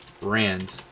brand